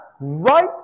right